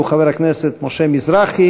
הוא חבר הכנסת משה מזרחי.